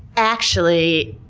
actually,